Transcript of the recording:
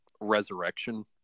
resurrection